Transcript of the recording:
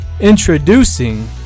introducing